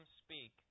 speak